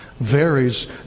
varies